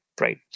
right